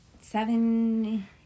seven